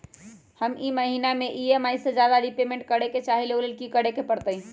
हम ई महिना में ई.एम.आई से ज्यादा रीपेमेंट करे के चाहईले ओ लेल की करे के परतई?